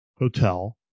Hotel